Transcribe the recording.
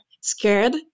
scared